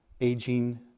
aging